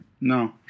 No